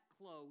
close